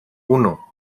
uno